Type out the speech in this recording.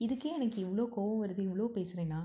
இதுக்கே எனக்கு இவ்வளோ கோபம் வருது இவ்வளோ பேசுகிறேன்னா